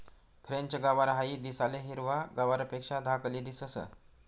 French गवार हाई दिसाले हिरवा गवारपेक्षा धाकली दिसंस